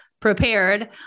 prepared